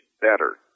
better